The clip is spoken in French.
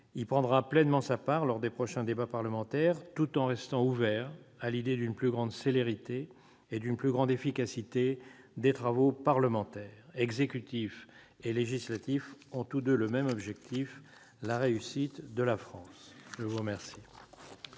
y prendra pleinement part lors des prochains débats parlementaires, tout en restant ouvert à l'idée d'une plus grande célérité et d'une plus grande efficacité des travaux parlementaires. Exécutif et législatif ont tous deux le même objectif : la réussite de la France. La parole